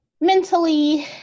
mentally